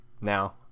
now